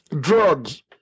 Drugs